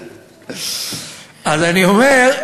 אז אני אומר,